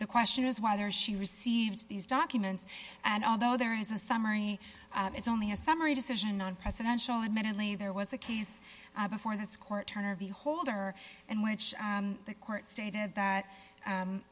the question is whether she receives these documents and although there is a summary it's only a summary decision on presidential admittedly there was a case before this court turner beholder and which the court stated that